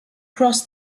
cross